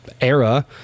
era